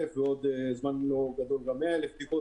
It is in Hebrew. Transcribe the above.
בדיקות ובעוד זמן לא רב גם 100,000 בדיקות,